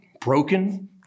broken